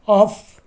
off